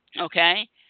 okay